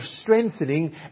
strengthening